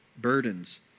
burdens